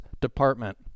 department